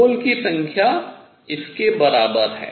मोल की संख्या इसके बराबर है